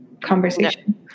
conversation